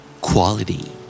Quality